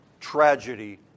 tragedy